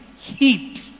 heat